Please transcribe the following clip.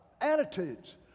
attitudes